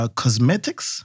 cosmetics